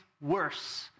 worse